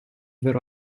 vero